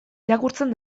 irakurtzen